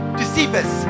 deceivers